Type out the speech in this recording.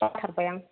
बाथारबाय आं